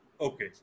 Okay